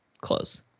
close